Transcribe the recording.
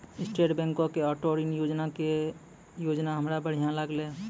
state बैंको के auto ऋण योजना के योजना हमरा बढ़िया लागलै